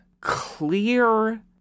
clear